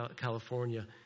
California